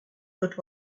but